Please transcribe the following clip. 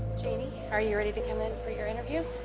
jeanie, are you ready to come in for your interview?